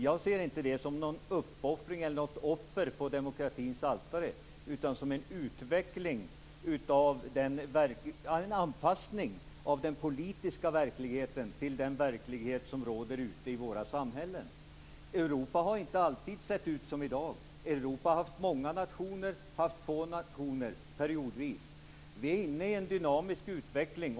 Jag ser inte det som en uppoffring eller ett offer på demokratins altare utan som en anpassning av den politiska verkligheten till den verklighet som råder ute i våra samhällen. Europa har inte alltid sett ut som i dag. Europa har haft många nationer, och har haft få nationer, periodvis. Vi är inne i en dynamisk utveckling.